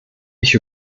ich